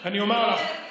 אני אומר לך,